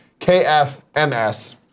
kfms